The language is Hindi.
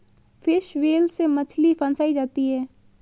फिश व्हील से मछली फँसायी जाती है